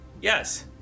Yes